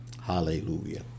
hallelujah